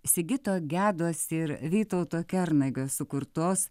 sigito gedos ir vytauto kernagio sukurtos